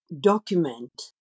document